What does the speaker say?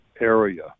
Area